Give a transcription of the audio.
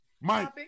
Mike